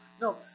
No